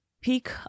peak